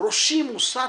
ראשי מוסט